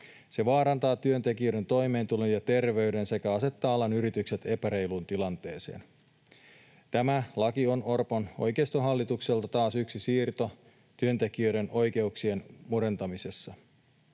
Se vaarantaa työntekijöiden toimeentulon ja terveyden sekä asettaa alan yritykset epäreiluun tilanteeseen. Tämä laki on Orpon oikeistohallitukselta taas yksi siirto työntekijöiden oikeuksien murentamisessa.